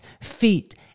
feet